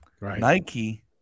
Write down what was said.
Nike